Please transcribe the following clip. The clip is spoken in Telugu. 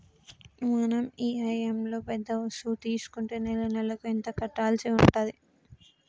మనం ఇఎమ్ఐలో పెద్ద వస్తువు తీసుకుంటే నెలనెలకు ఎక్కువ కట్టాల్సి ఉంటది